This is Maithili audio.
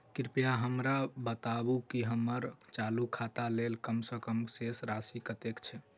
कृपया हमरा बताबू की हम्मर चालू खाता लेल कम सँ कम शेष राशि कतेक छै?